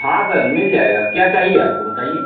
हाँ सर मिल जाएगा क्या चाहिए आपको बताइए